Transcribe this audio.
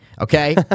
okay